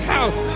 House